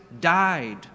died